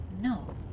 No